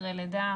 אחרי לידה.